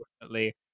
unfortunately